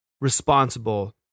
responsible